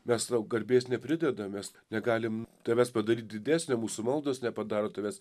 mes tau garbės nepridedam mes negalim tavęs padaryt didesnio mūsų maldos nepadaro tavęs